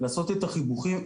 לעשות את החיבורים,